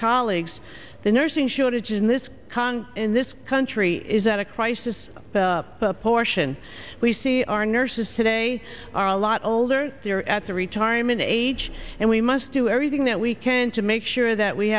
colleagues the nursing shortage in this congress in this country is at a crisis portion we see our nurses today are a lot older they are at the retirement age and we must do everything that we can to make sure that we